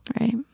Right